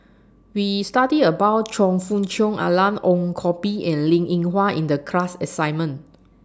We studied about Choe Fook Cheong Alan Ong Koh Bee and Linn in Hua in The class assignment